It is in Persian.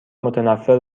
متنفر